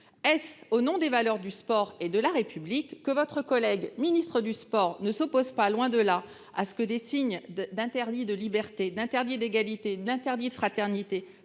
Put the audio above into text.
Est-ce au nom des valeurs du sport et de la République que votre collègue ministre des sports ne s'oppose pas, loin de là, à ce que des signes qui constituent un interdit de liberté, d'égalité et de fraternité,